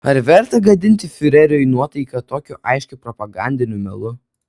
ar verta gadinti fiureriui nuotaiką tokiu aiškiu propagandiniu melu